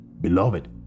beloved